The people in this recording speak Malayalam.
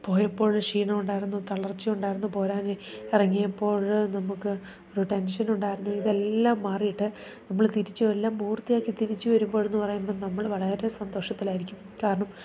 പോയപ്പോൾ ക്ഷീണം ഉണ്ടായിരുന്നു തളർച്ച ഉണ്ടായിരുന്നു പോരാൻ ഇറങ്ങിയപ്പോൾ നമ്മൾക്ക് ഒരു ടെൻഷൻ ഉണ്ടായിരുന്നു ഇതെല്ലാം മാറിയിട്ട് നമ്മൾ തിരിച്ചിതെല്ലാം പൂർത്തിയാക്കി തിരിച്ചു വരുമ്പോഴെന്നു പറയുമ്പോൾ നമ്മൾ വളരെ സന്തോഷത്തിലായിരിക്കും കാരണം